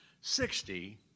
sixty